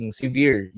severe